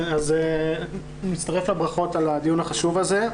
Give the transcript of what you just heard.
אני מצטרף לברכות על הדיון החשוב הזה.